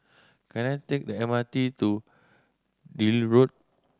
can I take the M R T to Deal Road